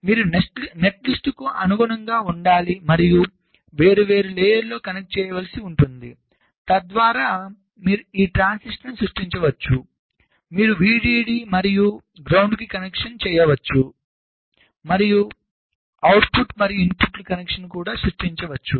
కాబట్టి మీరు ఈ నెట్లిస్ట్కు అనుగుణంగా ఉండాలి మరియు వేర్వేరు లేయర్లలో కనెక్షన్ను చేయవలసి ఉంటుంది తద్వారా మీరు ట్రాన్సిస్టర్లను సృష్టించవచ్చు మీరు VDD మరియు గ్రౌండ్కు కనెక్షన్ని సృష్టించవచ్చు మరియు అవుట్పుట్ మరియు ఇన్పుట్లకు కనెక్షన్ని కూడా సృష్టించవచ్చు